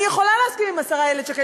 אני יכולה להסכים עם השרה איילת שקד,